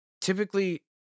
Typically